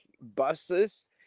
buses